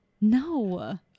no